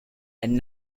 and